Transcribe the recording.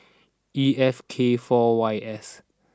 E F K four Y S